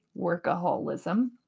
workaholism